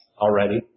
already